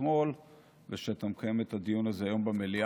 אתמול ועל שאתה מקיים את הדיון הזה היום במליאה.